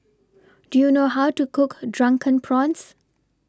Do YOU know How to Cook Drunken Prawns